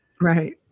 Right